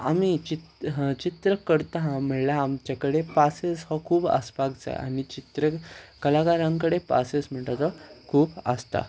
आमी चित चित्र करता म्हळ्यार आमचे कडेन पासयेंस हो खूब आसपाक जाय आनी चित्र कलाकारां कडेन पासयेंस म्हणटा तो खूब आसता